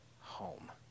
home